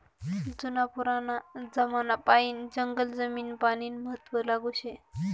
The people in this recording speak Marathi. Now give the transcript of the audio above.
जुना पुराना जमानापायीन जंगल जमीन पानीनं महत्व लागू शे